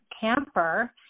camper